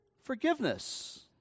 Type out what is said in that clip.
forgiveness